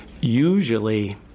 Usually